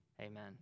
amen